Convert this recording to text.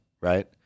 right